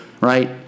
right